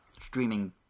streaming